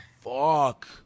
Fuck